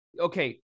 okay